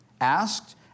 Asked